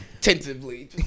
tentatively